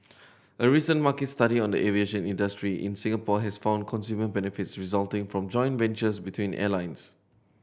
a recent market study on the aviation industry in Singapore has found consumer benefits resulting from joint ventures between airlines